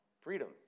Freedom